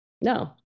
no